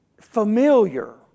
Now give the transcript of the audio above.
familiar